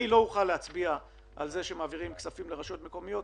אני לא אוכל להצביע על זה שמעבירים כספים לרשויות מקומיות,